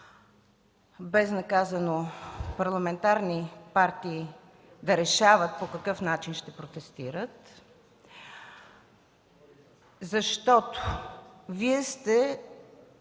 безнаказано парламентарни партии да решават по какъв начин ще протестират, защото Вие сте